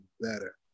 better